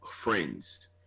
Friends